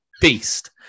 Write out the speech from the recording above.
beast